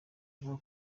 avuga